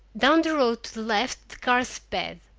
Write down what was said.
down the road to the left the car sped,